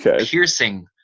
piercing